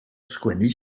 sgwennu